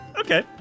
Okay